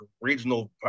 regional